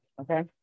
Okay